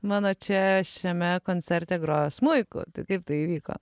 mano čia šiame koncerte grojo smuiku tai kaip tai įvyko